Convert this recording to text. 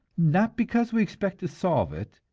not because we expect to solve it,